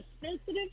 sensitive